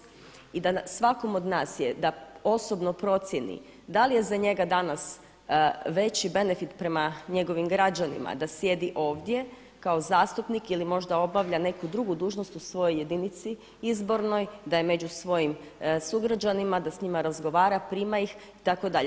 I da na svakom od nas je da osobno procijeni da li je za njega danas veći benefit prema njegovim građanima da sjedi ovdje kao zastupnik ili možda obavlja neku drugu dužnost u svojoj jedinici izbornoj, da je među svojim sugrađanima, da s njima razgovara, prima ih, itd.